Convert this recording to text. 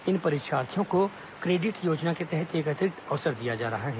इन परीक्षार्थियों को क्रेडिट योजना के तहत एक अतिरिक्त अवसर दिया जा रहा है